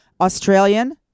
Australian